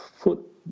foot